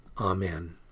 Amen